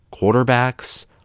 quarterbacks